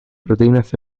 proteínas